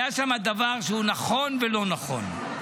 היה שם דבר שהוא נכון ולא נכון.